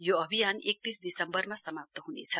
यो अभियान एकतीस दिसम्बरमा समाप्त ह्नेछ